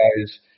guys –